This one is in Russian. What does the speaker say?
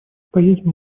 поедем